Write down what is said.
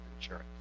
insurance